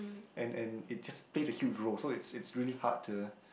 and and it just play the huge role so it's it's really hard to